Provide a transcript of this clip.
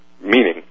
meaning